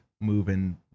moving